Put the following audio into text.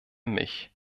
mich